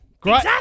great